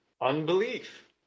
unbelief